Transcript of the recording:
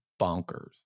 bonkers